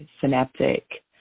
synaptic